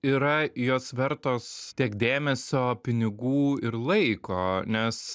yra jos vertos tiek dėmesio pinigų ir laiko nes